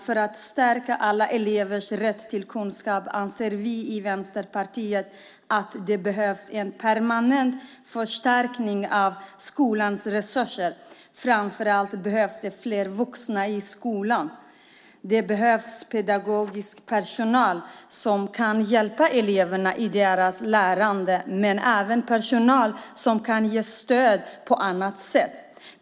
För att stärka alla elevers rätt till kunskap anser vi i Vänsterpartiet att det behövs en permanent förstärkning av skolans resurser. Framför allt behövs det fler vuxna i skolan. Det behövs pedagogisk personal som kan hjälpa eleverna i deras lärande, men även personal som kan ge stöd på annat sätt.